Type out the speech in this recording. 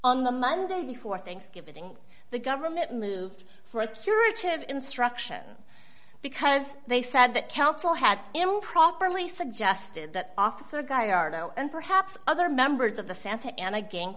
on the monday before thanksgiving the government moved for a curative instruction because they said that counsel had improperly suggested that officer guy ardo and perhaps other members of the santa ana gang